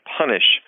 punish